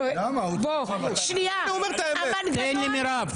תן למירב.